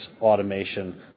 automation